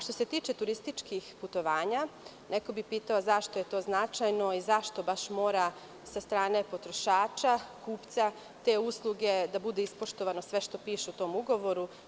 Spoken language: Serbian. Što se tiče turističkih putovanja, neko bi pitao zašto je to značajno i zašto baš mora sa strane potrošača, kupca te usluge da bude ispoštovano sve što piše u tom ugovoru.